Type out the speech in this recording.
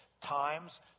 times